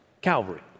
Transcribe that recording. Calvary